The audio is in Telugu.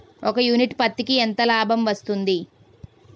ఒక యూనిట్ పత్తికి ఎంత లాభం వస్తుంది?